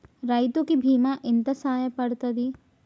రైతు కి బీమా ఎంత సాయపడ్తది?